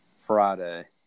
Friday